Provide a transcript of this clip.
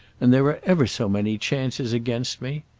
and there are ever so many chances against me.